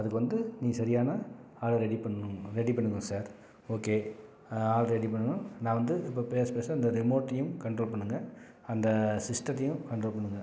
அதுக்கு வந்து நீ சரியான ஆளை ரெடி பண்ணணும் ரெடி பண்ணுங்கள் சார் ஓகே ஆள் ரெடி பண்ணணும் நான் வந்து இப்போ பேச பேச இந்த ரிமோட்டையும் கண்ட்ரோல் பண்ணுங்கள் அந்த சிஸ்டத்தையும் கண்ட்ரோல் பண்ணுங்கள்